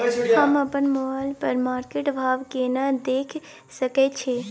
हम अपन मोबाइल पर मार्केट भाव केना देख सकै छिये?